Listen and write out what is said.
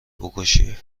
بکشی